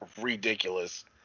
ridiculous